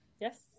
yes